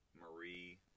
Marie